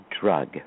drug